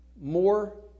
more